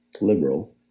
liberal